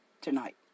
tonight